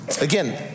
Again